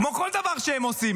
כמו כל דבר שהם עושים,